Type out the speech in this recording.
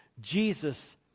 Jesus